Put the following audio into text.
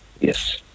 Yes